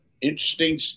interesting